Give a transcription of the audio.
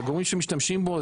לגורמים שמשתמשים בו,